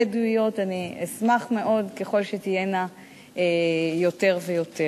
בדואיות, אני אשמח מאוד ככל שתהיינה יותר ויותר.